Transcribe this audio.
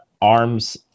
arms